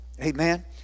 Amen